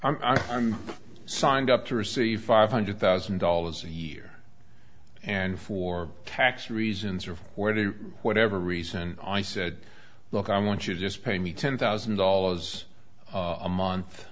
i'm signed up to receive five hundred thousand dollars a year and for tax reasons or already whatever reason i said look i want you to just pay me ten thousand dollars a month